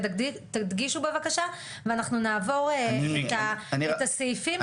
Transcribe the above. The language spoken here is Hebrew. תדגישו בבקשה ואנחנו נעבור את הסעיפים,